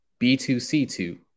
B2C2